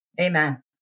Amen